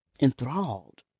enthralled